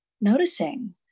noticing